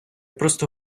просто